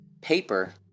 paper